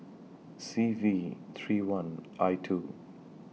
C V three one I two